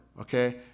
okay